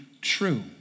true